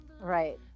right